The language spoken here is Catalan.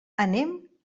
anem